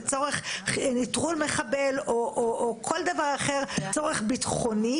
לצורך נטרול מחבל או כל דבר אחר שהוא לצורך ביטחוני?